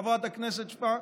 חברת הכנסת שפק,